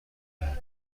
بود